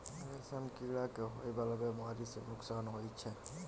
रेशम कीड़ा के होए वाला बेमारी सँ नुकसान होइ छै